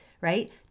right